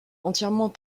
entièrement